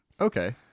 Okay